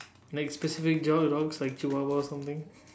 like specific type of dogs like chihuahua or something